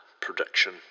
prediction